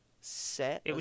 set